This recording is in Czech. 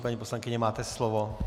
Paní poslankyně, máte slovo.